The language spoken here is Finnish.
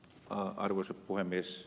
arvoisa puhemies